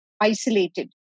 isolated